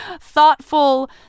thoughtful